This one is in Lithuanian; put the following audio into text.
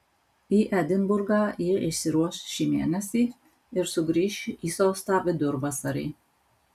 į edinburgą ji išsiruoš šį mėnesį ir sugrįš į sostą vidurvasarį